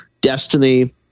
destiny